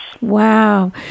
Wow